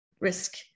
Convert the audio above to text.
risk